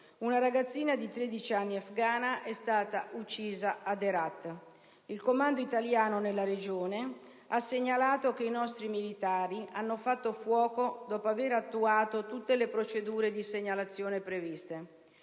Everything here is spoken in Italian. una ragazzina di 13 anni afghana è stata uccisa ad Herat. Il Comando italiano nella regione ha segnalato che i nostri militari hanno fatto fuoco dopo aver attuato tutte le procedure di segnalazione previste.